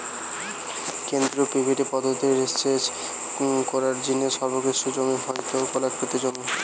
কেন্দ্রীয় পিভট পদ্ধতি রে সেচ করার জিনে সর্বোৎকৃষ্ট জমি হয়ঠে গোলাকৃতি জমি